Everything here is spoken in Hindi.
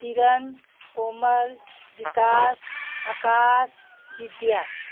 किरण कोमल विकास आकाश नित्या